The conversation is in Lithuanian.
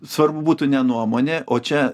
svarbu būtų ne nuomonė o čia